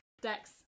Dex